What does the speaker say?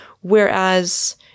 whereas